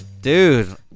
Dude